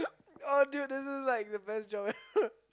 oh dude this is like the best job ever